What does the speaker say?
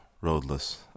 roadless